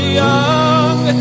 young